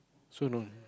so long